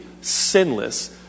sinless